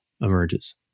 emerges